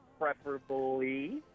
preferably